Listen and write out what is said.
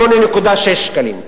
8.6 שקלים,